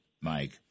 Mike